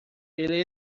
ele